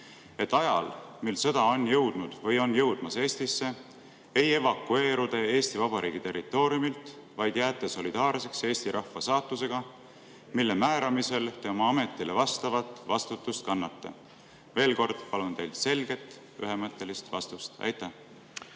et ajal, mil sõda on jõudnud või jõudmas Eestisse, ei evakueeru te Eesti Vabariigi territooriumilt, vaid jääte solidaarseks Eesti rahva saatusega, mille määramisel te oma ametile vastavalt vastutust kannate? Veel kord: palun teilt selget, ühemõttelist vastust! Aitäh!